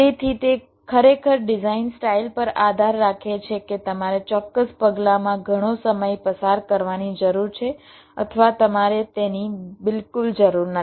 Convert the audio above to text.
તેથી તે ખરેખર ડિઝાઇન સ્ટાઈલ પર આધાર રાખે છે કે તમારે ચોક્કસ પગલાંમાં ઘણો સમય પસાર કરવાની જરૂર છે અથવા તમારે તેની બિલકુલ જરૂર નથી